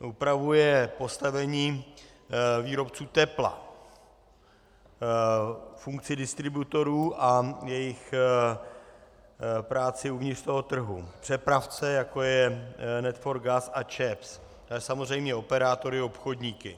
Upravuje postavení výrobců tepla, funkci distributorů a jejich práci uvnitř toho trhu, přepravce, jako je Net4Gas a ČEZ, samozřejmě operátory a obchodníky.